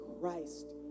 Christ